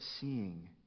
seeing